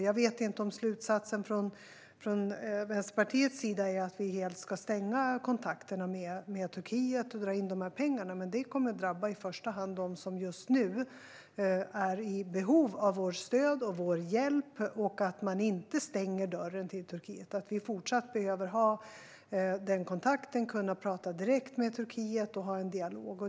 Jag vet inte om slutsatsen från Vänsterpartiets sida är att vi helt ska stänga kontakterna med Turkiet och dra in dessa pengar. Men det kommer att drabba i första hand dem som just nu är i behov av vårt stöd och vår hjälp och att man inte stänger dörren till Turkiet. Vi behöver fortsatt ha denna kontakt och kunna tala direkt med Turkiet och ha en dialog.